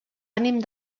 ànim